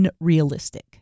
unrealistic